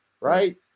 right